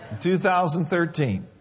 2013